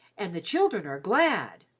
and the children are glad.